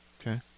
okay